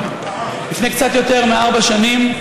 לפני קצת יותר מארבע שנים,